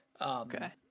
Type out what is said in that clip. Okay